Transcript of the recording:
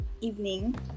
evening